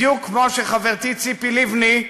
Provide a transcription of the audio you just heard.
בדיוק כמו שחברתי ציפי לבני,